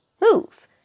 move